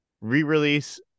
Re-release